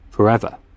Forever